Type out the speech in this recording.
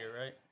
right